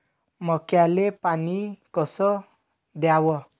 मक्याले पानी कस द्याव?